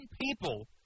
people